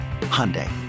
Hyundai